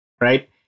right